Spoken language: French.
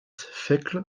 fekl